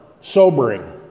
sobering